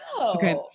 Okay